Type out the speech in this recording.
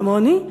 כמוני,